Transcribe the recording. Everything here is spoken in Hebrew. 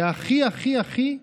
והכי הכי הכי בעיניי,